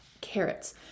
carrots